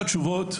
התשובה